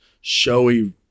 showy